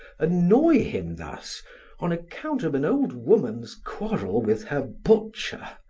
annoy him thus on account of an old, woman's quarrel with her butcher!